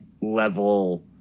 level